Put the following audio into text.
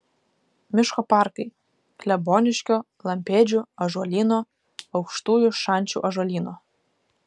miško parkai kleboniškio lampėdžių ąžuolyno aukštųjų šančių ąžuolyno